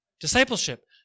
Discipleship